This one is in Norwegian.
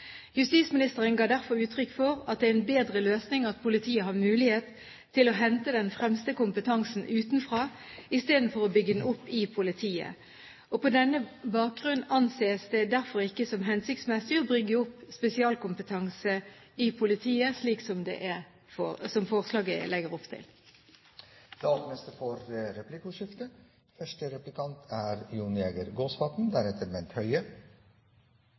Justisministeren ga derfor uttrykk for at det er en bedre løsning at politiet har mulighet til å hente den fremste kompetansen utenfra i stedet for å bygge den opp i politiet. På denne bakgrunn anses det derfor ikke som hensiktsmessig å bygge opp spesialkompetanse i politiet, slik forslaget legger opp til. Det blir replikkordskifte.